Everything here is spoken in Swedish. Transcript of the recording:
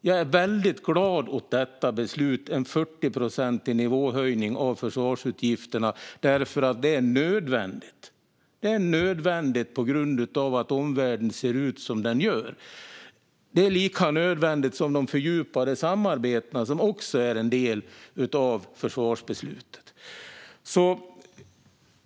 Jag är väldigt glad åt detta beslut om en 40-procentig nivåhöjning av försvarsutgifterna, för det är nödvändigt. Det är nödvändigt för att omvärlden ser ut som den gör. Det är lika nödvändigt som de fördjupade samarbetena, som också är en del av försvarsbeslutet.